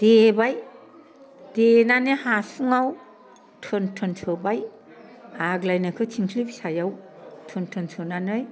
देबाय देनानै हासुङाव थोन थोन सोबाय आग्लायनायखौ थिंख्लि फिसायाव थोन थोन सोनानै